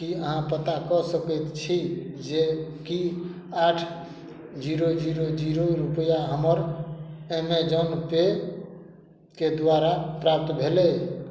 की अहाँ पता कऽ सकैत छी जे कि आठ जीरो जीरो जीरो रुपैआ हमर ऐमेज़ौन पे के द्वारा प्राप्त भेलै